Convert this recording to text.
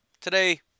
Today